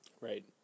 right